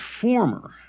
former